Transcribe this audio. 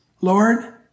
Lord